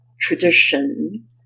tradition